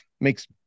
makes